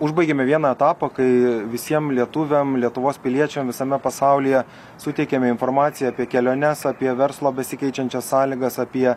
užbaigėme vieną etapą kai visiem lietuviam lietuvos piliečiam visame pasaulyje suteikėme informaciją apie keliones apie verslo besikeičiančias sąlygas apie